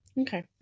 Okay